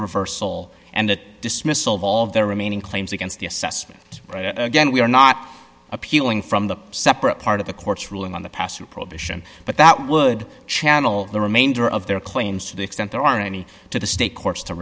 reversal and that dismissal of all of their remaining claims against the assessment again we are not appealing from the separate part of the court's ruling on the passage prohibition but that would channel the remainder of their claims to the extent there are any to the state courts to